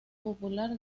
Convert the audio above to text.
popular